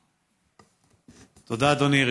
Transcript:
תודה, אדוני.